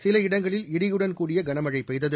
சில இடங்களில் இடியுடன் கூடிய கனமழை பெய்தது